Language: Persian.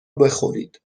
بخورید